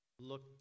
Look